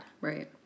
right